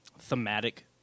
thematic